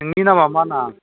नोंनि नामआ मा नाम